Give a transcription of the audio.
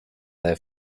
their